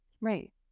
Right